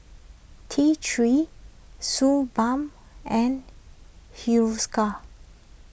T three Suu Balm and Hiruscar